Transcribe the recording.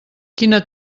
quina